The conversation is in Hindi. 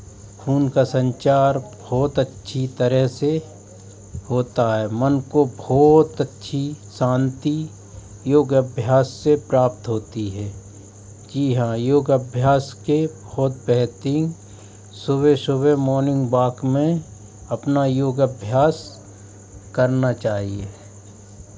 खून का संचार बहुत अच्छी तरह से होता है मन को बहुत अच्छी शांति योग अभ्यास से प्राप्त होती है जी हाँ योग अभ्यास के बहुत बेहतरीन सुबह सुबह मॉर्निंग वॉक में अपना योग अभ्यास करना चहिए